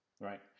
Right